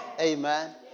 Amen